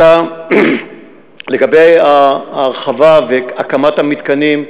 לגבי ההרחבה והקמת המתקנים,